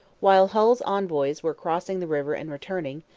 while hull's envoys were crossing the river and returning,